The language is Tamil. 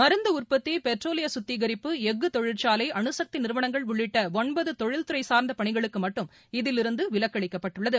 மருந்து உற்பத்தி பெட்ரோலிய சுத்திகரிப்பு எஃஃகு தொழிற்சாலைகள் அனுசக்தி நிறுவனங்கள் உள்ளிட்ட ஒன்பது தொழில்துறை சார்ந்த பணிகளுக்கு மட்டும் இதிலிருந்து விலக்கு அளிக்கப்பட்டுள்ளது